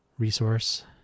resource